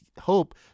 hope